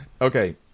Okay